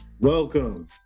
Welcome